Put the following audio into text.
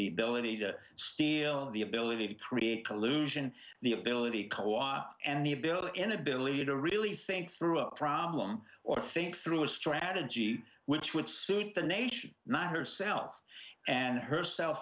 the ability to steal the ability to create collusion the ability co op and the ability inability to really think through a problem or think through a strategy which would suit the nation not herself and her s